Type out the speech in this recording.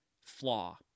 flaw